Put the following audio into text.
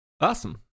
Awesome